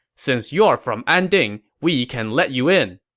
since you are from anding, we can let you in.